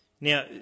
Now